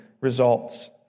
results